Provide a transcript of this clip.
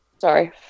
Sorry